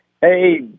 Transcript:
Hey